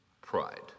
pride